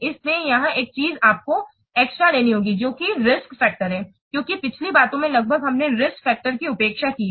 इसलिए यहां 1 चीज़ आपको एक्स्ट्रा लेनी होगी जो कि रिस्क्स फैक्टर्स हैं क्योंकि पिछली बातों में लगभग हमने रिस्क्स फैक्टर्स की उपेक्षा की है